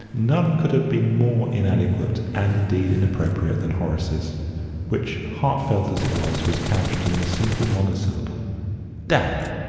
none could have been more inadequate and indeed inappropriate than horace's which, heartfelt as it was, was couched in the simple monosyllable damn!